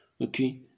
Okay